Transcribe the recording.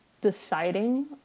deciding